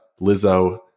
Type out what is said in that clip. Lizzo